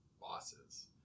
bosses